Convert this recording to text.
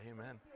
Amen